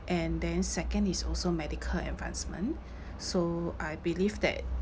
and then second is also medical advancement so I believe that